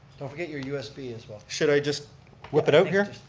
don't forget your usb as well. should i just whip it out here?